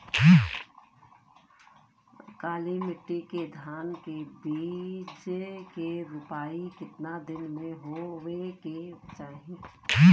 काली मिट्टी के धान के बिज के रूपाई कितना दिन मे होवे के चाही?